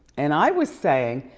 and i was saying,